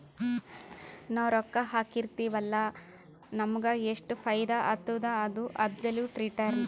ನಾವ್ ರೊಕ್ಕಾ ಹಾಕಿರ್ತಿವ್ ಅಲ್ಲ ನಮುಗ್ ಎಷ್ಟ ಫೈದಾ ಆತ್ತುದ ಅದು ಅಬ್ಸೊಲುಟ್ ರಿಟರ್ನ್